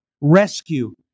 rescue